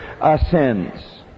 ascends